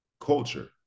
culture